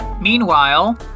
Meanwhile